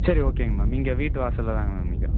சரி ஓகேங்க மேம் இங்கே வீட்டு வாசலில் தாங்க மேம் நிற்குறோம்